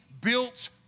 built